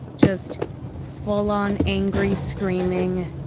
just full on angry screaming.